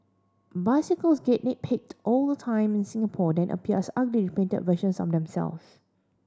bicycles get nicked paid all the time in Singapore then appears ugly repainted versions of themself